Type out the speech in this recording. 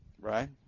right